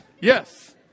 Yes